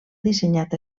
dissenyat